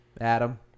adam